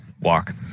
walk